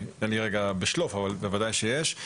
אין לי כרגע בשלוף אבל בוודאי שיש.